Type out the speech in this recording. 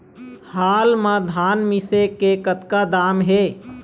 हाल मा धान मिसे के कतका दाम हे?